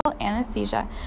anesthesia